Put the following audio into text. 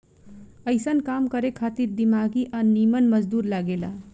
अइसन काम करे खातिर दिमागी आ निमन मजदूर लागे ला